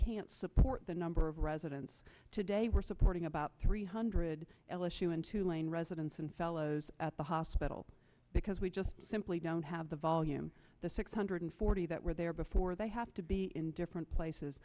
can't support the number of residents today we're supporting about three hundred l issue in tulane residents and fellows at the hospital because we just simply don't have the volume the six hundred forty that were there before they have to be in different places